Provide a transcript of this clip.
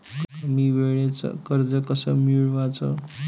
कमी वेळचं कर्ज कस मिळवाचं?